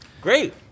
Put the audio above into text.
Great